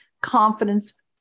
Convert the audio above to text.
confidence